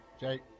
Jake